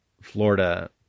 Florida